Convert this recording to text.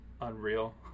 unreal